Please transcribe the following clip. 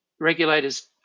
regulators